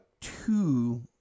two